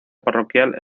parroquial